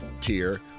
tier